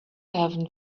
heaven